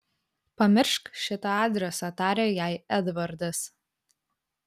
pamiršk šitą adresą tarė jai edvardas